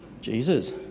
Jesus